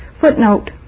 Footnote